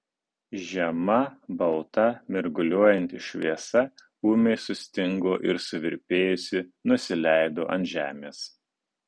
žema balta mirguliuojanti šviesa ūmiai sustingo ir suvirpėjusi nusileido ant žemės